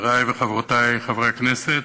חברי וחברותי חברי הכנסת,